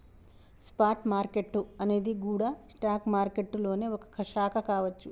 spot market అనేది గూడా stock మారికెట్టులోనే ఒక శాఖ కావచ్చు